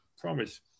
promise